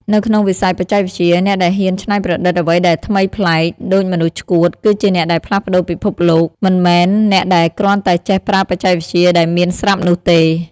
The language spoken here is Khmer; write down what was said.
នៅក្នុងវិស័យបច្ចេកវិទ្យា អ្នកដែលហ៊ានច្នៃប្រឌិតអ្វីដែលថ្មីប្លែក (ដូចមនុស្សឆ្កួត) គឺជាអ្នកដែលផ្លាស់ប្តូរពិភពលោក មិនមែនអ្នកដែលគ្រាន់តែចេះប្រើបច្ចេកវិទ្យាដែលមានស្រាប់នោះទេ។